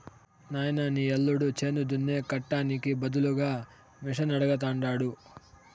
నాయనా నీ యల్లుడు చేను దున్నే కట్టానికి బదులుగా మిషనడగతండాడు